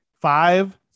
Five